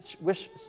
wish